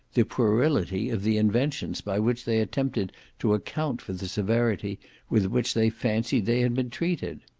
the puerility of the inventions by which they attempted to account for the severity with which they fancied they had been treated.